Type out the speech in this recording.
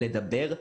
לדבר,